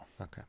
Okay